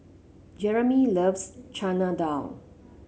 Jeramy loves Chana Dal